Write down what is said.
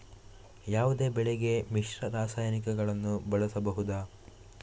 ಯಾವುದೇ ಬೆಳೆಗೆ ಮಿಶ್ರ ರಾಸಾಯನಿಕಗಳನ್ನು ಬಳಸಬಹುದಾ?